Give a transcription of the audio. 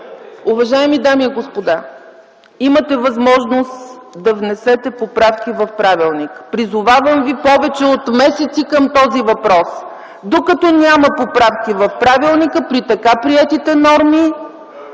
Уважаеми дами и господа! Имате възможност да внесете поправки в правилника. Призовавам ви повече от месеци към този въпрос. Докато няма поправки в правилника, при така приетите норми,